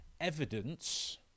evidence